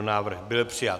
Návrh byl přijat.